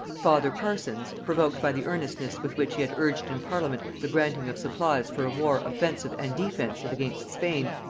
father parsons, provoked by the earnestness with which he had urged in parliament the granting of supplies for a war offensive and defensive against spain,